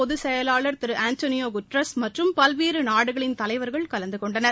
பொதுச் செயலாளா் Antonio Guterres மற்றும் பல்வேறு நாடுகளின் தலைவர்கள் கலந்துகொண்டனர்